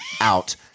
out